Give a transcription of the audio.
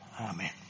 Amen